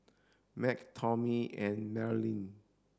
Mack Tommy and Maryann